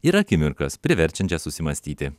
ir akimirkas priverčiančias susimąstyti